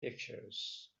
pictures